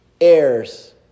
heirs